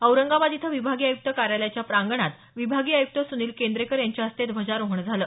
औरंगाबाद इथं विभागीय आय़क्त कार्यालयाच्या प्रांगणात विभागीय आय़क्त सुनील केंद्रेकर यांच्या हस्ते ध्वजारोहण झालं